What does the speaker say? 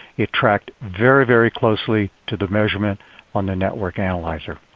it tracked very, very closely to the measurement on the network analyzer.